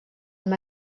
amb